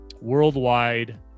worldwide